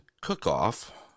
cook-off